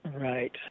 Right